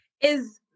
Is-